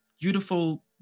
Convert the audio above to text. beautiful